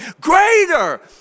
Greater